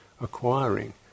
acquiring